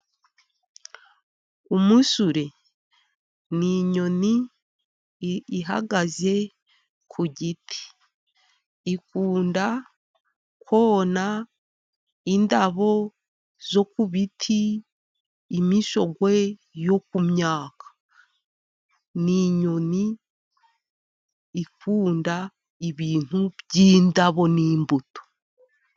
Umusure ni inyoni ihagaze ku giti. Ikunda kona indabo zo ku biti, imishogwe yo ku myaka . Ni inyoni ikunda ibintu by'indabo n'imbuto.